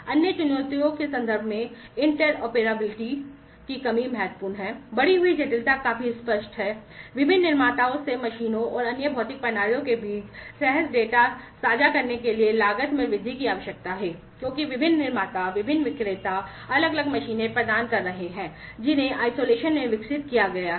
अन्य चुनौतियों के संदर्भ में अंतर में विकसित किया गया है